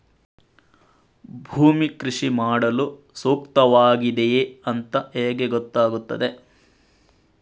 ಭೂಮಿ ಕೃಷಿ ಮಾಡಲು ಸೂಕ್ತವಾಗಿದೆಯಾ ಅಂತ ಹೇಗೆ ಗೊತ್ತಾಗುತ್ತದೆ?